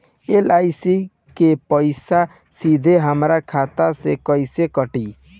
LIC के पईसा सीधे हमरा खाता से कइसे कटी?